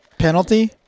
penalty